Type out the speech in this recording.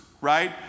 right